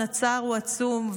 הצער הוא עצום,